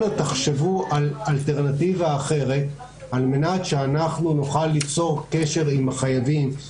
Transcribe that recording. אנא תחשבו על אלטרנטיבה אחרת על מנת שאנחנו נוכל ליצור קשר עם החייבים,